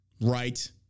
Right